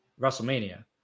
WrestleMania